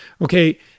okay